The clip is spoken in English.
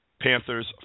Panthers